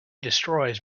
destroys